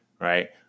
right